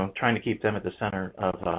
um trying to keep them at the center